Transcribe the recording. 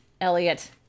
Elliot